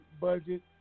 budget